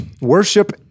Worship